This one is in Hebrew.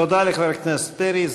תודה לחבר הכנסת פרי.